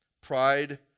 Pride